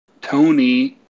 Tony